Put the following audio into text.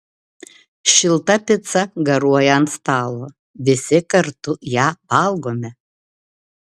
šilta pica garuoja ant stalo visi kartu ją valgome